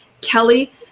kelly